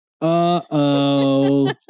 Uh-oh